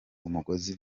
umugozi